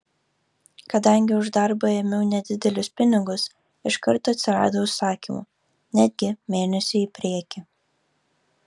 kadangi už darbą ėmiau nedidelius pinigus iš karto atsirado užsakymų netgi mėnesiui į priekį